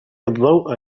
الضوء